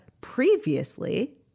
previously